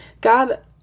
God